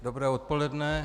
Dobré odpoledne.